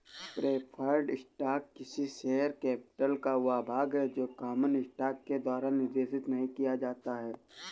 preferred stock किसी share capital का वह भाग है जो कॉमन स्टॉक के द्वारा निर्देशित नहीं किया जाता है